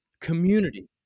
community